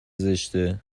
زشته